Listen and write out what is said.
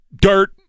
dirt